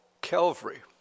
Calvary